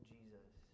Jesus